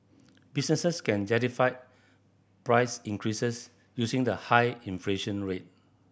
businesses can justify price increases using the high inflation rate